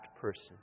person